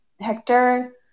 Hector